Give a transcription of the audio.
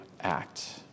act